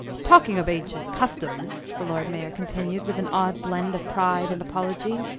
talking of ancient customs, the lord mayor continued, with an odd blend of pride and apology,